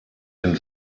den